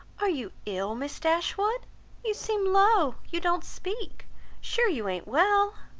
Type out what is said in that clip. are you ill, miss dashwood you seem low you don't speak sure you an't well.